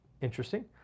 Interesting